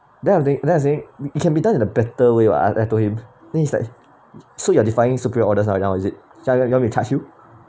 then I'm saying then I'm saying it can be done in a better way [what] I told him then it's like so you are defying superior orders right now is it you want me to charge you